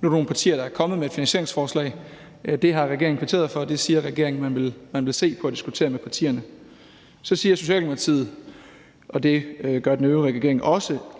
nogle partier, der er kommet med et finansieringsforslag; det har regeringen kvitteret for, og det siger regeringen man vil se på og diskutere med partierne. Så siger vi i Socialdemokratiet og den øvrige regering,